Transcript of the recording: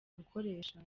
gukoresha